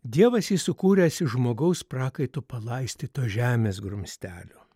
dievas jį sukūręs žmogaus prakaitu palaistyto žemės grumstelio